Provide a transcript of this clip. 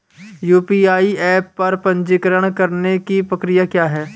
UPI app पर पंजीकरण करने की प्रक्रिया क्या है?